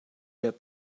had